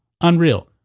Unreal